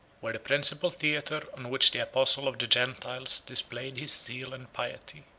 were the principal theatre on which the apostle of the gentiles displayed his zeal and piety.